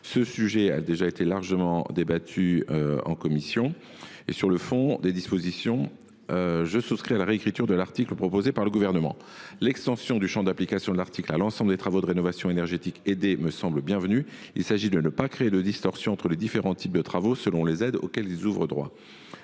Ce sujet a déjà été largement débattu en commission et, sur le fond des dispositions, je souscris à la réécriture de l’article que propose le Gouvernement. L’extension du champ d’application de l’article à l’ensemble des travaux de rénovation énergétique aidés me semble bienvenue. Il s’agit d’éviter de créer des distorsions entre les différents types de travaux selon les aides auxquelles ils ouvrent droit.